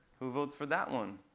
who votes for that one?